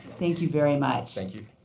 thank you very much. thank you.